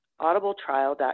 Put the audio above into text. audibletrial.com